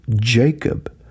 Jacob